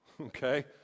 okay